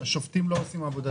השופטים לא עושים עבודה טובה.